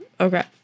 Okay